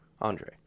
Andre